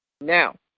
Now